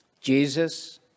Jesus